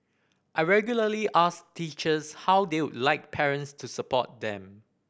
I regularly ask teachers how they would like parents to support them